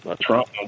trump